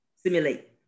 simulate